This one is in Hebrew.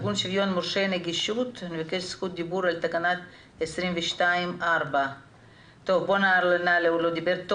מארגון שוויון מורשי נגישות מבקש זכות דיבור על תקנה 22(4). אני